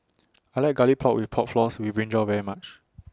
I like Garlic Pork and Pork Floss with Brinjal very much